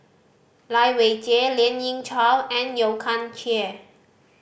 Lai Weijie Lien Ying Chow and Yeo Kian Chye